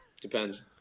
Depends